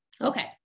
Okay